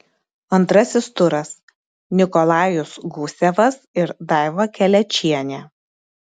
antrasis turas nikolajus gusevas ir daiva kelečienė